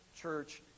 church